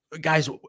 Guys